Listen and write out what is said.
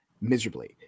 miserably